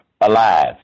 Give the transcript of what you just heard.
alive